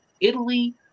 Italy